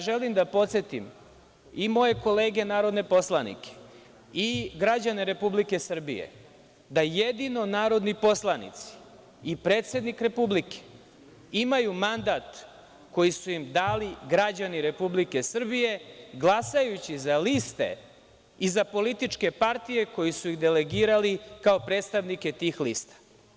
Želim da podsetim i moje kolege narodne poslanike i građane Republike Srbije da jedino narodni poslanici i predsednik Republike imaju mandat koji su im dali građani Republike Srbije, glasajući za liste i za političke partije koje su ih delegirali kao predstavnike tih lista.